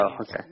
okay